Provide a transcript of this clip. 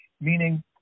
meaning